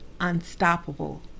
unstoppable